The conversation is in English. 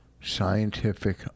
scientific